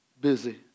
busy